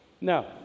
Now